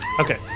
Okay